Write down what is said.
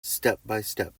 step